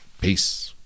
Peace